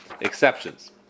exceptions